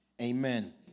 Amen